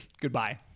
Goodbye